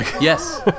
Yes